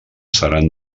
seran